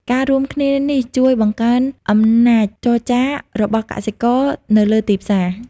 ការរួមគ្នានេះជួយបង្កើនអំណាចចរចារបស់កសិករនៅលើទីផ្សារ។